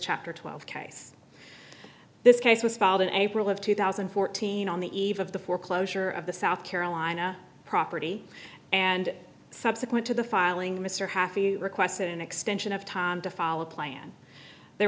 chapter twelve case this case was filed in april of two thousand and fourteen on the eve of the foreclosure of the south carolina property and subsequent to the filing mr half you requested an extension of time to follow the plan there